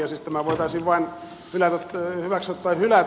siis tämä voitaisiin vain hyväksyä tai hylätä